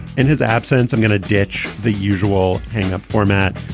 in his absence, i'm going to ditch the usual hang up format,